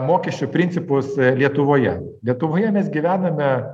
mokesčių principus lietuvoje lietuvoje mes gyvename